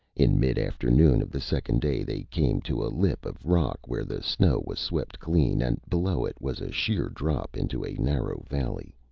in mid-afternoon of the second day they came to a lip of rock where the snow was swept clean, and below it was a sheer drop into a narrow valley.